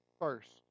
first